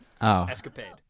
Escapade